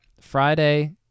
Friday